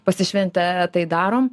pasišventę tai darom